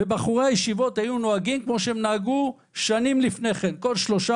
ובחורי הישיבות היו נוהגים כמו שהם נהגו שנים לפני כן כל שלושה